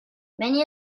many